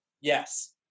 yes